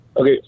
Okay